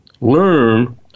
Learn